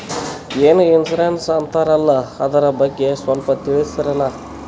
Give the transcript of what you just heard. ಏನೋ ಇನ್ಸೂರೆನ್ಸ್ ಅಂತಾರಲ್ಲ, ಅದರ ಬಗ್ಗೆ ಸ್ವಲ್ಪ ತಿಳಿಸರಲಾ?